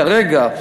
כרגע,